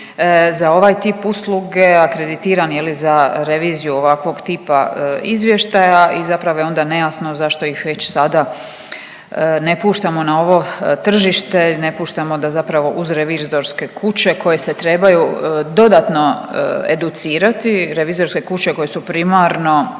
za ovaj tip usluge, akreditirani za reviziju ovakvog tipa izvještaja i zapravo je onda nejasno zašto ih već sada ne puštamo na ovo tržište, ne puštamo da zapravo uz revizorske kuće koje se trebaju dodatno educirati, revizorske kuće koje su primarno